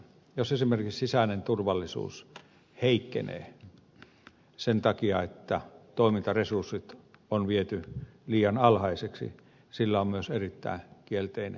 jos esimerkiksi sisäinen turvallisuus heikkenee sen takia että toimintaresurssit on viety liian alhaisiksi sillä on myös erittäin kielteinen kustannusvaikutus